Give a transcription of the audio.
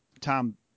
Tom